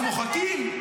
אנחנו מוחקים?